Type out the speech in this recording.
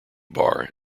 bar